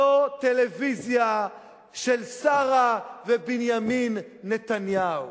זו טלוויזיה של שרה ובנימין נתניהו,